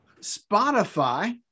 Spotify